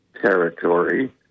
territory